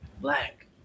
black